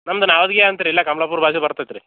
ನಮ್ದು ನವಾದ್ಗಿ ಅಂತ ರೀ ಇಲ್ಲೇ ಕಮ್ಲಾಪುರ ಬಾಜು ಬರ್ತೈತೆ ರೀ